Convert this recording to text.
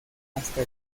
hasta